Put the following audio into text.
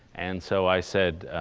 and so i said,